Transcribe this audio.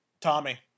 Tommy